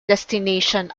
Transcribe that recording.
destination